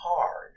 hard